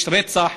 יש רצח,